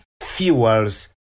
fuels